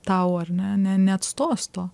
tau ar ne ne neatstos to